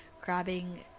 grabbing